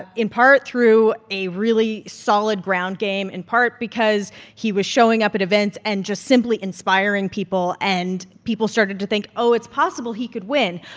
in part through a really solid ground game, in part because he was showing up at events and just simply inspiring people. and people started to think, oh, it's possible he could win.